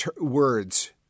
words